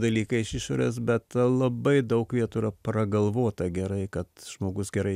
dalykai iš išorės bet labai daug vietų yra pragalvota gerai kad žmogus gerai